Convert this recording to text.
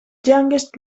youngest